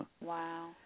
Wow